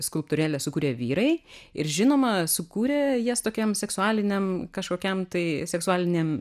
skulptūrėles sukurė vyrai ir žinoma sukūrė jas tokiam seksualiniam kažkokiam tai seksualiniam